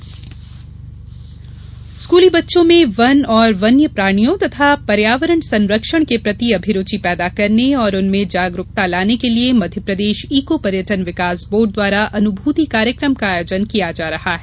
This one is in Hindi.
पर्यावरण अनुभूति स्कूली बच्चों में वन एवं वन्य प्राणियों और पर्यावरण संरक्षण के प्रति अभिरुचि पैदा करने और उनमें जागरुकता लाने के लिए मध्यप्रदेश इको पर्यटन विकास बोर्ड द्वारा अनुभूति कार्यक्रम का आयोजन किया जा रहा है